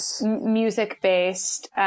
music-based